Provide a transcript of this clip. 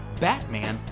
batman,